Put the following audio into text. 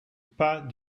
pas